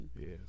Yes